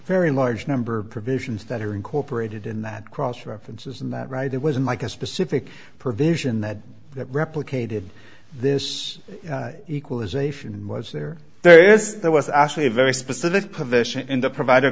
very large number of provisions that are incorporated in that cross reference isn't that right it was in like a specific provision that replicated this equalization was there there is there was actually a very specific provision in the provider